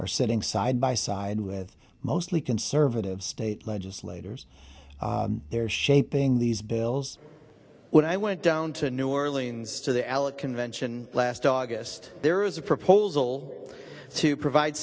are sitting side by side with mostly conservative state legislators there shaping these bills when i went down to new orleans to the elec convention last august there is a proposal to provide